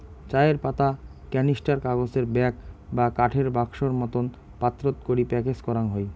চায়ের পাতা ক্যানিস্টার, কাগজের ব্যাগ বা কাঠের বাক্সোর মতন পাত্রত করি প্যাকেজ করাং হই